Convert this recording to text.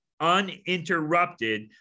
uninterrupted